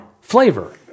Flavor